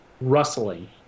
rustling